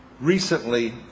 Recently